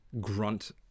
grunt